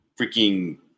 freaking